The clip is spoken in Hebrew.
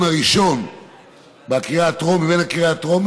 ולכן הדברים התעכבו והיה צריך להגיע לוועדה כדי שהוועדה תאשר